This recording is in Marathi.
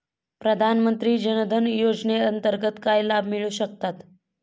प्रधानमंत्री जनधन योजनेअंतर्गत काय लाभ मिळू शकतात?